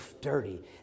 dirty